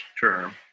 term